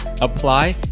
apply